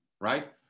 right